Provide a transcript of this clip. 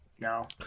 No